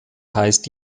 heißt